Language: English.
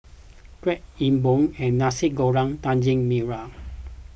Kuih E Bua and Nasi Goreng Daging Merah